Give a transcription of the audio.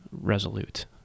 resolute